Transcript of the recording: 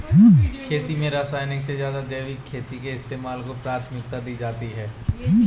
खेती में रासायनिक से ज़्यादा जैविक खेती के इस्तेमाल को प्राथमिकता दी जाती है